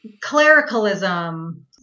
clericalism